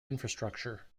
infrastructure